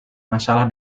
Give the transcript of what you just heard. masalah